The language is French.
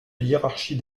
hiérarchie